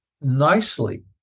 nicely